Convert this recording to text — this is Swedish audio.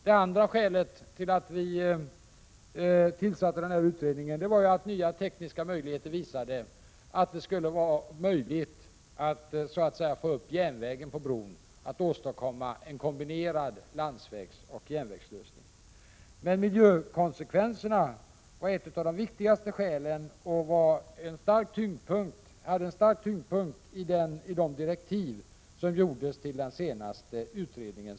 Det andra skälet till att vi tillsatte denna utredning var att nya tekniska förutsättningar uppkommit som gör det möjligt att så att säga få upp järnvägen på bron, dvs. åstadkomma en kombinerad landsvägsoch järnvägslösning. Men miljökonsekvenserna var ett av de viktigaste skälen och gavs en stor tyngd i de direktiv som gavs till den senaste utredningen.